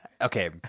Okay